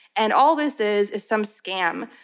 and all this is is some scam.